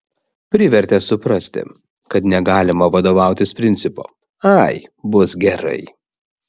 privertė suprasti kad negalima vadovautis principu ai bus gerai